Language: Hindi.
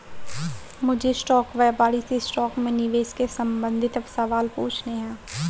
मुझे स्टॉक व्यापारी से स्टॉक में निवेश के संबंधित सवाल पूछने है